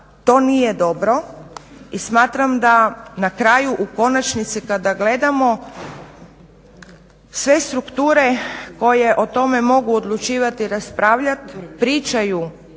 to nije dobro i smatram da na kraju u konačnici kada gledamo sve strukture koje o tome mogu odlučivati i raspravljati pričaju